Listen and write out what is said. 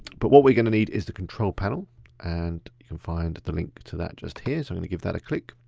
but what we're gonna need is the control panel and you can find the link to that just here so i'm gonna give that a click.